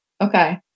Okay